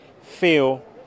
feel